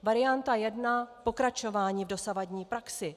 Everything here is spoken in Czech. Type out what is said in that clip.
Varianta jedna pokračování v dosavadní praxi.